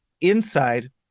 inside